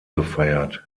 gefeiert